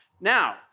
Now